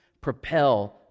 propel